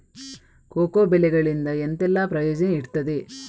Cocoa ಬೆಳೆಗಳಿಂದ ಎಂತೆಲ್ಲ ಪ್ರಯೋಜನ ಇರ್ತದೆ?